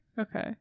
okay